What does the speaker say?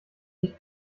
nicht